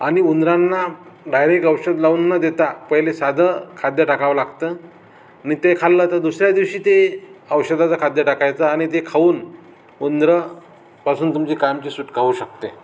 आणि उंदरांना डायरेक्ट औषध लावून न देता पहिले साधं खाद्य टाकावं लागतं आणि ते खाल्लं तर दुसऱ्या दिवशी ते औषधाचं खाद्य टाकायचं आणि ते खाऊन उंदरापासून तुमची कायमची सुटका होऊ शकते